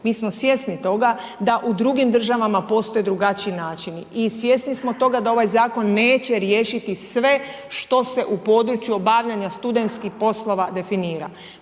mi smo svjesni toga da u drugim državama postoje drugačiji načini i svjesni smo toga da ovaj zakon neće riješiti sve što se u području obavljanja studentskih poslova definira.